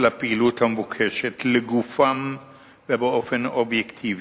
הפעילות המבוקשת לגופם ובאופן אובייקטיבי.